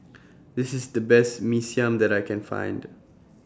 This IS The Best Mee Siam that I Can Find